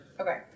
Okay